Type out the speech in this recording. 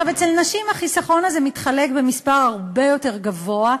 אצל נשים החיסכון הזה מתחלק במספר הרבה יותר גדול,